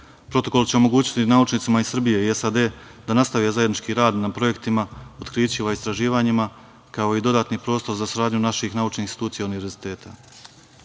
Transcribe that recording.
Protokol će omogućiti naučnicima iz Srbije i SAD da nastave zajednički rad na projektima, otkrićima, istraživanjima, kao i dodatni prostor za saradnju naših naučnih institucija i